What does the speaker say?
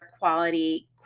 quality